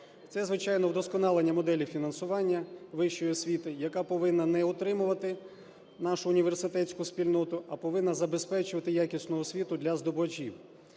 Це, звичайно, вдосконалення моделі фінансування вищої освіти, яка повинна не утримувати нашу університетську спільноту, а повинна забезпечувати якісну освіту для здобувачів.